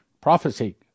Prophecy